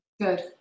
Good